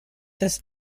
das